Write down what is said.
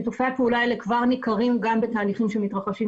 שיתופי הפעולה האלה כבר ניכרים גם בתהליכים שמתרחשים.